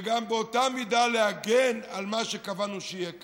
וגם באותה מידה להגן על מה שקבענו שיהיה כאן.